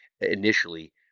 initially